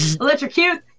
Electrocute